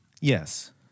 Yes